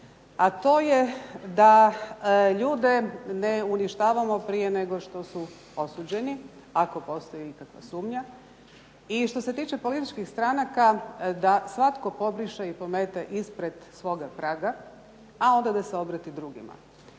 a to je da ljude ne uništavamo prije nego što su osuđeni, ako postoji ikakva sumnja. I što se tiče političkih stranaka da svatko pobriše i pomete ispred svoga praga, a onda da se obrati drugima.